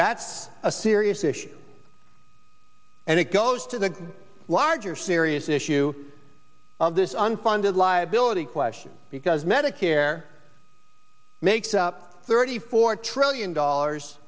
that's a serious issue and it goes to the larger serious issue of this unfunded liability question because medicare makes up thirty four trillion dollars